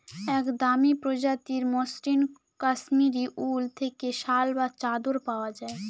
এক দামি প্রজাতির মসৃন কাশ্মীরি উল থেকে শাল বা চাদর পাওয়া যায়